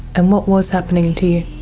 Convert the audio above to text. and what was happening to you?